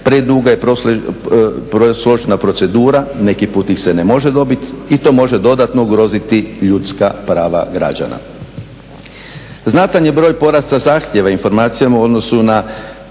preduga i presložena procedura, neki put ih se ne može dobit i to može dodatno ugroziti ljudska prava građana. Znatan je broj porasta zahtjeva o informacijama u odnosu na